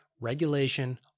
Regulation